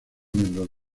miembros